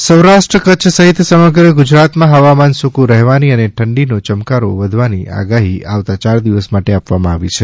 હવા માન સૌરાષ્ટ્ર કચ્છ સહિત સમગ્ર ગુજરાત માં હવામાન સૂકં રહેવાની અને ઠંડી નો ચમકારો વધવાની આગાહી આવતા ચાર દિવસ માટે આપવામાં આવી છે